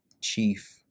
chief